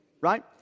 right